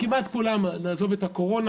כמעט כולם אם נעזוב את הקורונה,